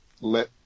let